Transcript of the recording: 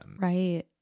right